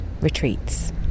retreats